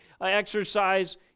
exercise